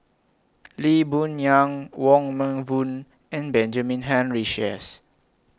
Lee Boon Yang Wong Meng Voon and Benjamin Henry Sheares